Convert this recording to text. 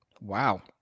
Wow